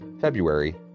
February